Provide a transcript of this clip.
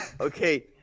Okay